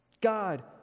God